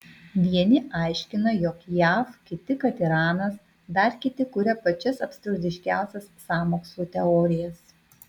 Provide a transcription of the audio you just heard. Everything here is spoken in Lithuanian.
vieni aiškina jog jav kiti kad iranas dar kiti kuria pačias absurdiškiausias sąmokslų teorijas